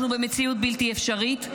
אנחנו במציאות בלתי אפשרית,